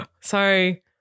sorry